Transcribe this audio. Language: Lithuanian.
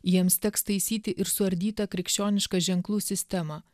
jiems teks taisyti ir suardytą krikščionišką ženklų sistemą